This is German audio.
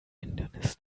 hindernis